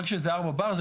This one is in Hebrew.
ברגע שזה 4 בר,